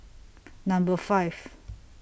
Number five